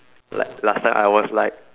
like last time I was like